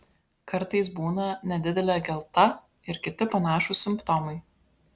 kartais būna nedidelė gelta ir kiti panašūs simptomai